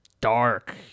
dark